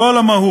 לא על המהות.